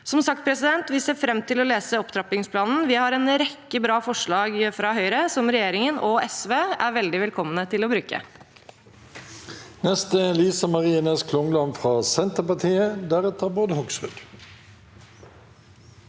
Som sagt ser vi fram til å lese opptrappingsplanen. Høyre har en rekke bra forslag som regjeringen og SV er veldig velkomne til å bruke.